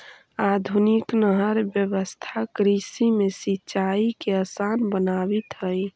आधुनिक नहर व्यवस्था कृषि में सिंचाई के आसान बनावित हइ